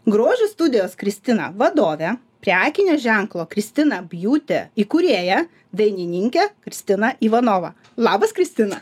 grožio studijos kristina vadovė prekinio ženklo kristina bjūtė įkūrėja dainininkė kristina ivanova labas kristina